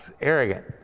Arrogant